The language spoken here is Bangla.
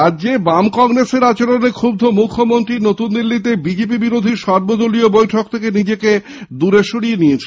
রাজ্যে বাম কংগ্রেসের আচরণে ক্ষুব্ধ মুখ্যমন্ত্রী নতুনদিল্লীতে বিজেপি বিরোধী সর্বদল বৈঠক থেকে নিজেকে দূরে সরিয়ে নিলেন